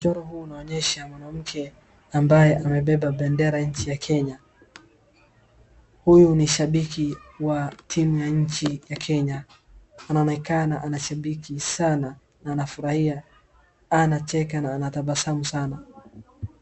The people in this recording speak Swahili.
Mchoro huu unaonyesha mwanamke ambaye amebeba bendera ya nchi ya Kenya. Huyu ni shabiki wa timu ya nchi ya Kenya. Anonekana anashabiki sana na anafurahia. Anacheka na anatabasamu sana.